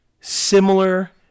similar